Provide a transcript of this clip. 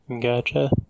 Gotcha